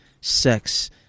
sex